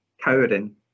cowering